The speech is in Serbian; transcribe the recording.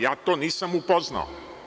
Ja tognisam upoznao.